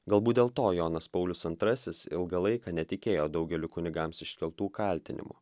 galbūt dėl to jonas paulius antrasis ilgą laiką netikėjo daugeliu kunigams iškeltų kaltinimų